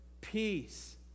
peace